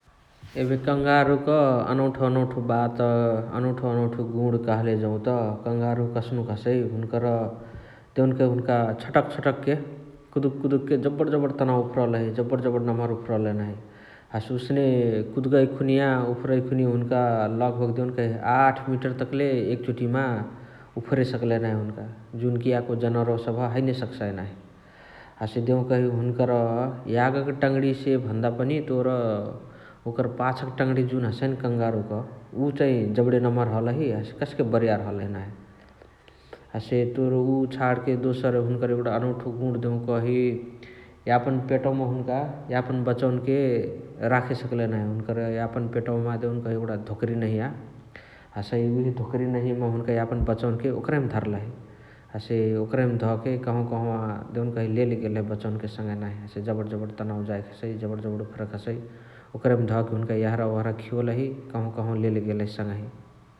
एबे कङ्गारुक अनौथो अनौथो बात अनौथो अनौथो गुणा कहाँले जौत कङारु कस्नुक हसइ हुनुकर देउनकही हुन्क छटक छटके कुदुक कुदुके जबण जबण तनाउ उफरलही जबण जबण नमहर उफरलही नाही। हसे ओसने कुडाँकाइ खुनिया उफरइ खुनिया लगभाग देउनकही आठ मिटर तकले एक चोटिमा उफरे सकलही नाही हुनुका । जुनकी याको जनावरअवा सबह हैने सकसाइ नाही । हसे देउकही हुनुकर यागक टङणियासे भन्दा पनि तोर ओकरा पाछक टङणिया जुन हसइ न कङ्गारुक उ चाइ जबणे नम्हर हलही हसे कस्के बारीयार हलही नाही । हसे तोर उअ छणके दोसर हुनुकर एगुणा अनौथो गुणा देउकही यापन पेटवा मा हुन्का यापन बचवन्हके राखे सकलही नाही । हुन्कर यापन पेटवमा हुन्कर एगुणा धोकारी नहिया हसइ उहे धोकारी नहिमा हुन्का यापन बचवन्के ओकरहिमा धर्लही । हसे ओकरहिमा धके देउनकही कहवा कहवा सँगही लेले गेलही बचवन्के सँगही नाही । हसे जबण जबण तनाउ जाएके हसइ, जबण जबण उफरके हसइ ओकरही मा धके यहरा ओहरा खिवोलही कहवा कहवा लेले गेलही सङही ।